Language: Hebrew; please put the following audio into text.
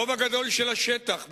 הרוב הגדול של השטח בשומרון,